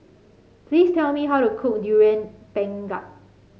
please tell me how to cook Durian Pengat